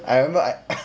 I remember I